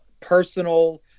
personal